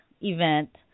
event